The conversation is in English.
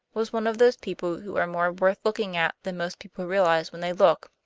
was one of those people who are more worth looking at than most people realize when they look.